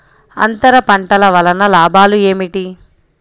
అంతర పంటల వలన లాభాలు ఏమిటి?